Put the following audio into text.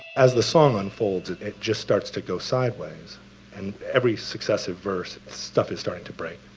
as the song unfolds, it just starts to go sideways, and every successive verse, stuff is starting to break.